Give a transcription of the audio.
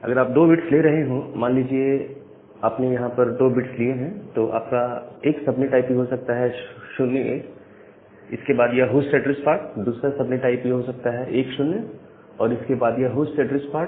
अगर आप 2 बिट्स ले रहे हो मान लीजिए आपने यहां 2 बिट्स लिए हैं तो आपका एक सबनेट आईपी हो सकता है 01 और इसके बाद यह होस्ट एड्रेस पार्ट दूसरा सबनेट आईपी हो सकता है 10 और इसके बाद यह होस्ट एड्रेस पार्ट